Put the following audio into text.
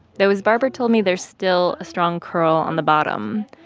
though his barber told me there's still a strong curl on the bottom.